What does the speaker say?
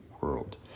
world